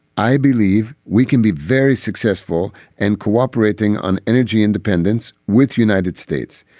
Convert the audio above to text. i believe we can be very successful and cooperating on energy independence with united states.